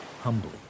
humbly